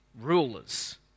rulers